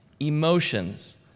emotions